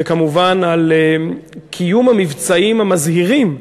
וכמובן על קיום המבצעים המזהירים,